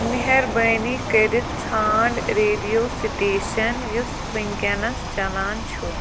مہربٲنی کٔرِتھ ژھانڈ ریڈیو سٹیٚشن یُس وٕنۍکٮ۪نَس چلان چھُ